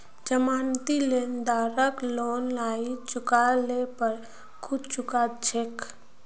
जमानती लेनदारक लोन नई चुका ल पर खुद चुका छेक